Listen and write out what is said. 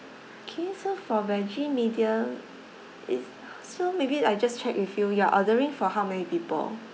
K so for veggie medium is so maybe I just check with you you're ordering for how many people